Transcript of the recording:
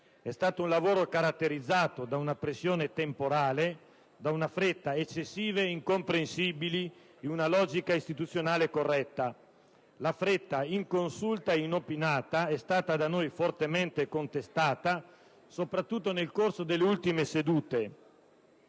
È stato un lavoro caratterizzato da una pressione temporale e da una fretta eccessive e incomprensibili in una logica istituzionale corretta. La fretta, inconsulta e inopinata, è stata da noi fortemente contestata, soprattutto nel corso delle ultime sedute,